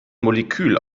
molekül